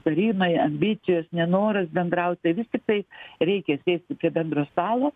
savynoje ambicijos nenoras bendraut tai vis tiktai reikia sėsti prie bendro stalo